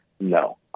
No